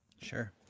Sure